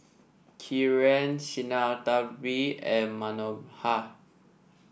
Kiran Sinnathamby and Manohar